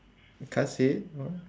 you can't see it what